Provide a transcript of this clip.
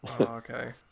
Okay